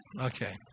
Okay